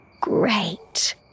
Great